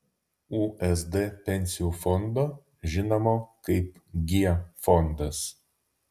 usd pensijų fondo žinomo kaip g fondas